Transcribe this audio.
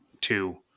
two